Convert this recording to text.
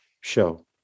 show